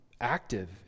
active